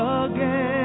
again